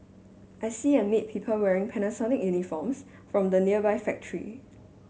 I see and meet people wearing Panasonic uniforms from the nearby factory